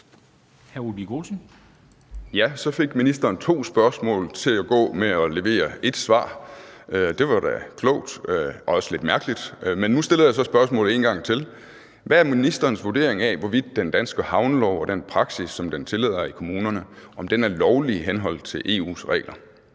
Så fik ministeren to spørgsmål til at gå med at levere et svar. Det var da klogt og også lidt mærkeligt, men nu stiller jeg så spørgsmålet en gang til: Hvad er ministerens vurdering af, hvorvidt den danske havnelov og den praksis, som den tillader i kommunerne, er lovlig i henhold til EU's regler?